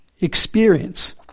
experience